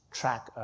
track